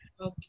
Okay